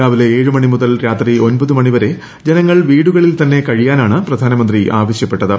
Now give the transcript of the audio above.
രാവിലെ ഏഴു മണി മുതൽ രാത്രി ഒമ്പത് മണി വരെ ജനങ്ങൾ വീടുകളിൽ തന്നെ കഴിയാനാണ് പ്രധാനമന്ത്രി ആവശ്യപ്പെട്ടത്